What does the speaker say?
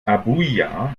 abuja